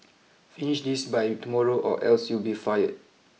finish this by tomorrow or else you'll be fired